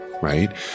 right